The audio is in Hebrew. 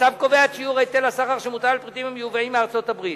הצו קובע את שיעור היטל הסחר שמוטל על פריטים המיובאים מארצות-הברית.